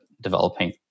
developing